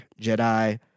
Jedi